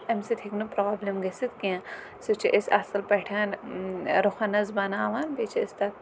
اَمہِ سۭتۍ ہیکہِ نہٕ پرابلٕم گٔژھتھ کیٛنٚہہ سُہ چھِ أسۍ اصل پٲٹھۍ روہَنَس بناوان بییہِ چھِ أسۍ تَتھ